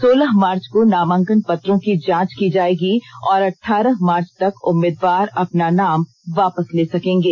सोलह मार्च को नामांकन पत्रों की जांच की जाएगी और अठारह मार्च तक उम्मीदवार अपना नाम वापस ले सकेंगे